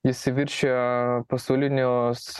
jis viršija pasaulinius